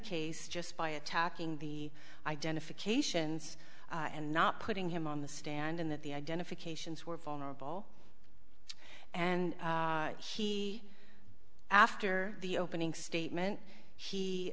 case just by attacking the identifications and not putting him on the stand in that the identifications were vulnerable and he after the opening statement he